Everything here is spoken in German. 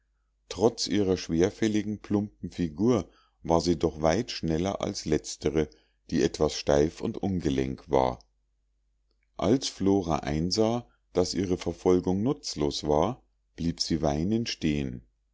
trotz ihrer schwerfälligen plumpen figur war sie doch weit schneller als letztere die etwas steif und ungelenk war als flora einsah daß ihre verfolgung nutzlos war blieb sie weinend stehen